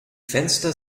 fenster